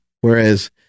whereas